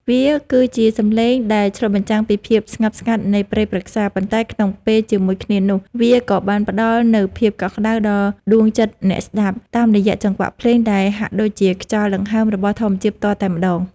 វាគឺជាសម្លេងដែលឆ្លុះបញ្ចាំងពីភាពស្ងប់ស្ងាត់នៃព្រៃព្រឹក្សា ប៉ុន្តែក្នុងពេលជាមួយគ្នានោះ វាក៏បានផ្តល់នូវភាពកក់ក្តៅដល់ដួងចិត្តអ្នកស្តាប់ តាមរយៈចង្វាក់ភ្លេងដែលហាក់ដូចជាខ្យល់ដង្ហើមរបស់ធម្មជាតិផ្ទាល់តែម្តង។